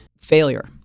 failure